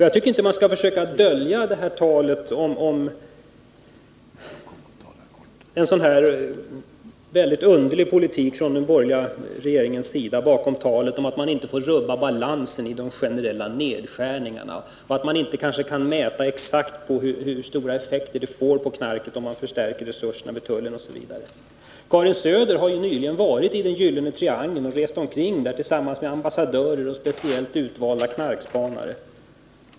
Jag tycker inte att man skall försöka dölja en sådan här underlig politik från den borgerliga regeringens sida bakom tal om att vi inte får rubba balansen i de generella nedskärningarna, att det kanske inte går att mäta exakt hur stora effekter det får på knarket om man förstärker tullens resurser, osv. Karin Söder har ju nyligen rest omkring i ”gyllene triangeln” tillsammans med ambassadörer och speciellt utvalda knarkspanare.